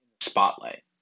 spotlight